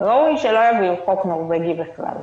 ראוי שלא יביאו חוק נורווגי בכלל.